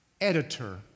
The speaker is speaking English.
editor